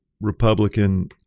Republican